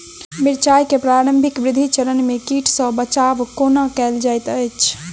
मिर्चाय केँ प्रारंभिक वृद्धि चरण मे कीट सँ बचाब कोना कैल जाइत अछि?